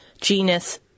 genus